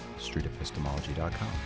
streetepistemology.com